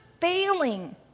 failing